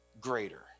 greater